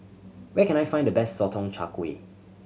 where can I find the best Sotong Char Kway